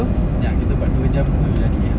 kenyang kita buat dua jam pun boleh jadi ah